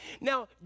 Now